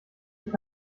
ich